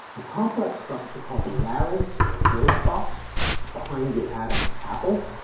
a complex structure called the larynx or voice box it's behind your adam's apple.